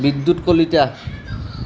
বিদ্যুত কলিতা